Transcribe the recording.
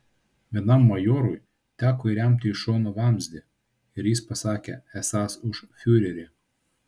vienam majorui teko įremti į šoną vamzdį ir jis pasakė esąs už fiurerį